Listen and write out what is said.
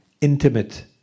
intimate